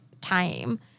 time